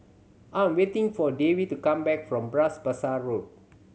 I'm waiting for Davie to come back from Bras Basah Road